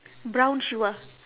brown shoe ah